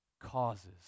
causes